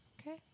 Okay